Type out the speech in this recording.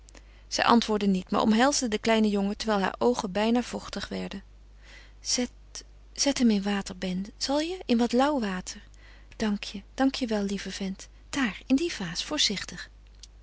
zij antwoordde niet maar omhelsde den kleinen jongen terwijl haar oogen bijna vochtig werden zet zet hem in water ben zal je in wat lauw water dank je dank je wel lieve vent daar in die vaas voorzichtig